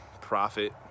profit